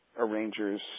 arrangers